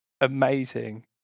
amazing